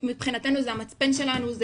מבחינתנו, זה המצפן שלנו.